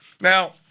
Now